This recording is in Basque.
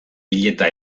hileta